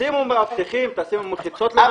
תשימו מאבטחים, תשימו מחיצות לנהגים.